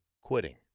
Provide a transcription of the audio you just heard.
quitting